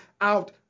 out